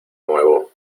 nuevo